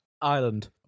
Island